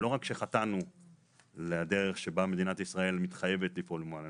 לא רק שחטאנו בכך שמדינת ישראל מתחייבת לפעול מול האנשים.